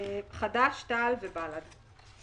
חד"ש, תע"ל ובל"ד.